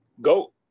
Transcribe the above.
Go